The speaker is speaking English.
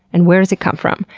and where does it come from?